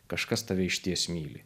kažkas tave išties myli